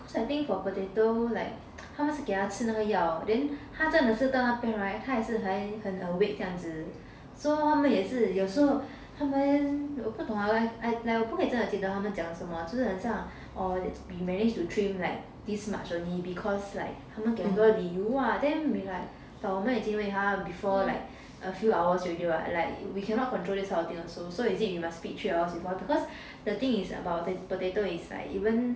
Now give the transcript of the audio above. because I think for potato 他们是给它吃那个药 cause I think for potato like 他是给它吃那个药 then 它真的是到那边 [right] 它还很 awake 这样子 so 他们也是有时候他们我不懂 lah I I 我不可以真的记得他们讲什么是很像 orh we manage to trim this much only because like 他们给很多理由 lah then we like but 我们已经喂它 before like a few hours already [what] we cannot control this type of thing also so is it we must feed three hours before because the thing is about potato is like even